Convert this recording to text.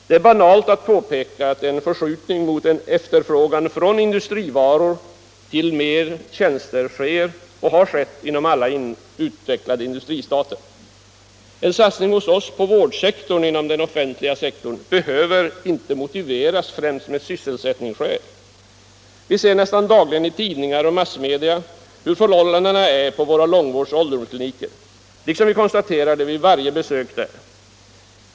Det är banalt att påpeka att en förskjutning av efterfrågan från industrivaror till tjänster sker och har skett inom alla utvecklade industristater. En satsning hos oss på vårdsektorn inom den offentliga verksamheten behöver inte motiveras främst med sysselsättningsskäl. Vi ser nästan dagligen i tidningar och övriga massmedia hur förhållandena är på våra långvårds och ålderdomskliniker, liksom vi konstaterar det vid varje besök där.